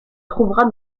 trouvera